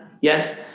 Yes